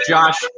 Josh